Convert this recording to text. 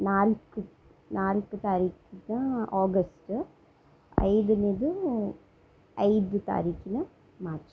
ನಾಲ್ಕು ನಾಲ್ಕು ತಾರೀಕು ಆಗಸ್ಟು ಐದನೇದು ಐದು ತಾರೀಕಿನ ಮಾರ್ಚ್